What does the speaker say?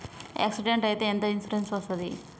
Accident అయితే ఎంత insurance వస్తది?